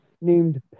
named